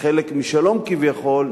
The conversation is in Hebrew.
כחלק משלום כביכול,